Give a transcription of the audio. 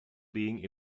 being